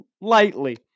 lightly